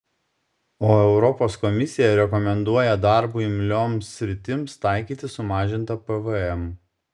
o europos komisija rekomenduoja darbui imlioms sritims taikyti sumažintą pvm